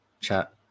chat